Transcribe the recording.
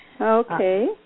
Okay